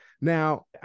Now